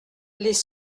les